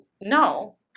No